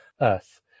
earth